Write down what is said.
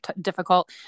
difficult